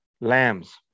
lambs